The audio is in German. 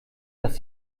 dass